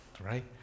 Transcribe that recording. right